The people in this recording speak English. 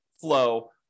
flow